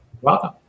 Welcome